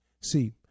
See